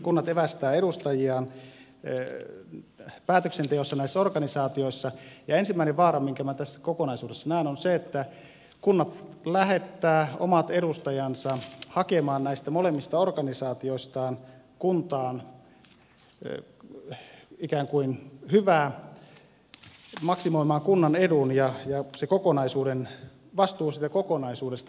kunnat evästävät edustajiaan päätöksenteossa näissä organisaatioissa ja ensimmäinen vaara minkä minä tässä kokonaisuudessa näen on se että kunnat lähettävät omat edustajansa hakemaan näistä molemmista organisaatioista kuntaan ikään kuin hyvää maksimoimaan kunnan edun ja se vastuu siitä kokonaisuudesta hämärtyy